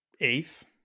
Eighth